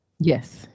Yes